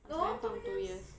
last time 放 two years